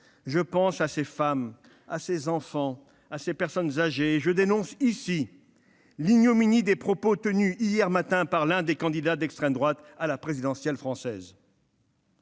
Je pense à ces femmes, à ces enfants et à ces personnes âgées, et je dénonce l'ignominie des propos tenus hier matin par l'un des candidats d'extrême droite à l'élection présidentielle française.